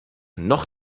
noch